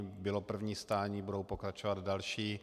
Bylo první stání, budou pokračovat další.